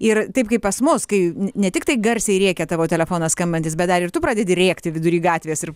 ir taip kaip pas mus kai ne tiktai garsiai rėkia tavo telefonas skambantis bet dar ir tu pradedi rėkti vidury gatvės ir